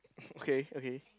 mmhmm okay okay